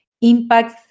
impacts